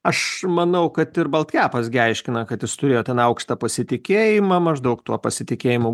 aš manau kad ir baltkepas gi paaiškina kad jis turėjo ten aukštą pasitikėjimą maždaug tuo pasitikėjimu